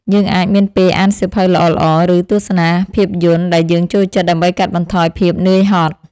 យើងអាចមានពេលអានសៀវភៅល្អៗ ឬទស្សនាខ្សែភាពយន្តដែលយើងចូលចិត្តដើម្បីកាត់បន្ថយភាពនឿយហត់។